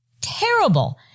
terrible